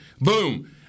Boom